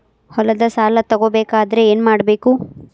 ಹೊಲದ ಸಾಲ ತಗೋಬೇಕಾದ್ರೆ ಏನ್ಮಾಡಬೇಕು?